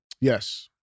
Yes